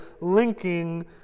linking